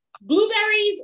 blueberries